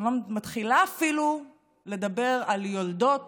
ואני לא מתחילה אפילו לדבר על יולדות